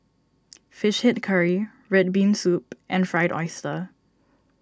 Fish Head Curry Red Bean Soup and Fried Oyster